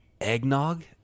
eggnog